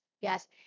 Yes